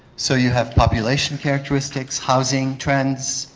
so you have population characteristics housing trends,